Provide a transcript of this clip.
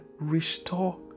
restore